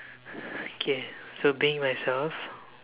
okay so being myself